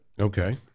Okay